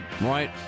Right